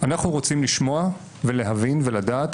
אנחנו רוצים לשמוע ולהבין ולדעת